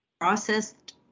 processed